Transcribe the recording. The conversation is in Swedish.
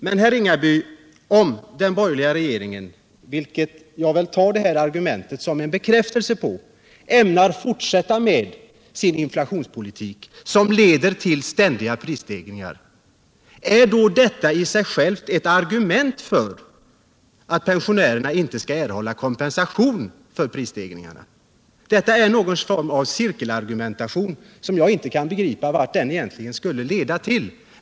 Men, herr Ringaby, om den borgerliga regeringen — vilket jag väl tar detta argument såsom en bekräftelse på - ämnar fortsätta med sin inflationspolitik, som leder till ständiga prisstegringar, är då detta i sig självt ett argument för att pensionärerna inte skall erhålla kompensation för prisstegringarna? Detta är någon form av cirkelargumentation, och jag kan inte begripa vart den egentligen skulle leda.